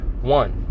one